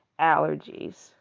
allergies